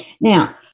Now